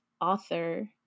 author